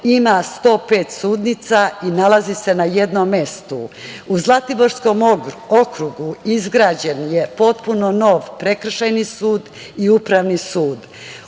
ima 105 sudnica i nalazi se na jednom mestu.U Zlatiborskom okrugu izgrađen je potpuno nov Prekršajni sud i Privredni sud.